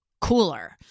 cooler